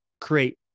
create